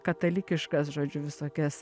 katalikiškas žodžiu visokias